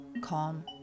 calm